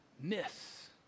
miss